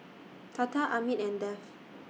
Tata Amit and Dev